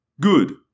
Good